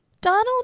Donald